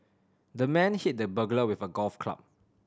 the man hit the burglar with a golf club